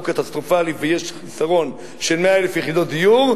קטסטרופלי ויש חיסרון של 100,000 יחידות דיור.